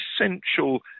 essential